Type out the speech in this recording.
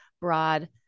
broad